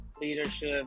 leadership